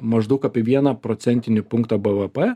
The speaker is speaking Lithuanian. maždaug apie vieną procentinį punktą bvp